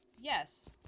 Yes